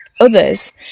others